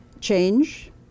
change